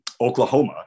Oklahoma